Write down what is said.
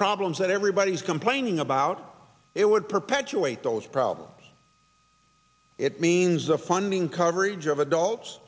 problems that everybody's complaining about it would perpetuate those problems it means the funding coverage of adults